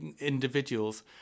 individuals